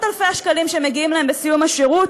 אלפי השקלים שמגיעים להם בסיום השירות,